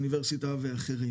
אוניברסיטה ואחרים.